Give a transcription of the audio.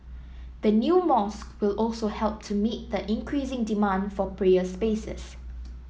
the new mosque will also help to meet the increasing demand for prayer spaces